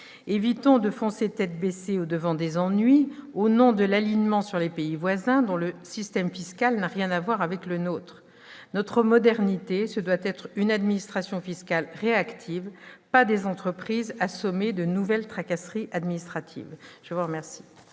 Évitons de foncer tête baissée au-devant des ennuis, au nom de l'alignement sur les pays voisins, dont le système fiscal n'a rien à voir avec le nôtre. Notre modernité, ce doit être une administration fiscale réactive, et non des entreprises assommées de nouvelles tracasseries administratives ! La parole